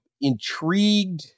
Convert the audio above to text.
intrigued